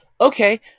okay